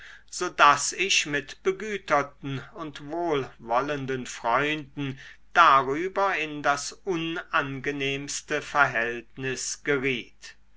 daß ich mit begüterten und wohlwollenden freunden darüber in das unangenehmste verhältnis geriet